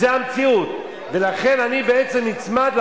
בשנים האחרונות מתברר כי התנהלותן של